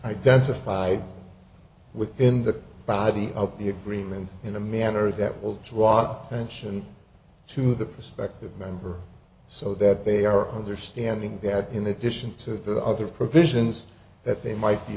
identified within the body of the agreement in a manner that will drop off tension to the prospective member so that they are understanding that in addition to the other provisions that they might